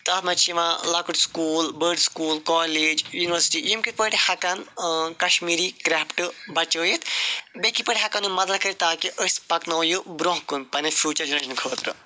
تتھ منٛز چھِ یِوان لۅکٕٹۍ سکوٗل بٔڈۍ سکوٗل کالیج یوٗنیورسِٹی یِم کِتھٕ پٲٹھۍ ہٮ۪کن کشمیری کرٛیفٹہٕ بچٲوتھ بیٚیہِ کِتھٕ پٲٹھۍ ہٮ۪کن یِم مدتھ کٔرِتھ تاکہِ أسۍ پکناوو یہِ برٛونٛہہ کُن پنٕنہِ فیٛوٗچر جنریٚشنہٕ خٲطرٕ